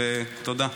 תודה.